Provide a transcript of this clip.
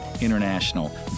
International